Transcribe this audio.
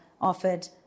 offered